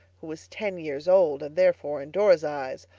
who was ten years old and therefore, in dora's eyes,